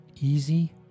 easy